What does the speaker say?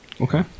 Okay